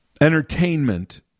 entertainment